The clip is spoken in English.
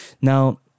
Now